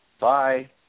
Bye